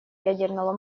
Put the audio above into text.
ядерного